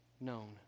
known